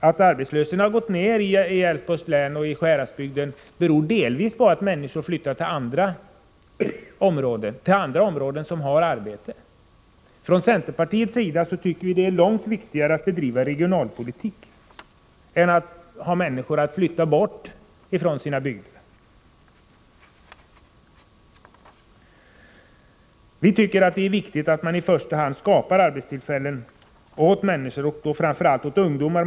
Att arbetslösheten har gått ner i Älvsborgs län och i Sjuhäradsbygden beror delvis på att människor flyttar till andra områden, där det finns arbeten. Från centerpartiets sida tycker vi det är långt viktigare att bedriva regionalpolitik än att få människor att flytta bort från sina bygder. Vi tycker att man i första hand skall skapa arbetstillfällen åt människor, framför allt ungdomar.